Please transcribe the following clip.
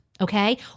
Okay